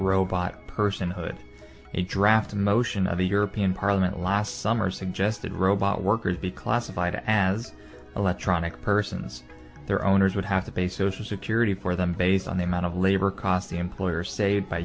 robot personhood a draft motion of a european parliament last summer suggested robot workers be classified as electronic persons their owners would have to pay social security for them based on the amount of labor cost the employer s